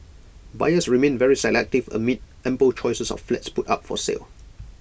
buyers remain very selective amid ample choices of flats put up for sale